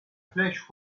flèche